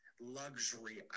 luxury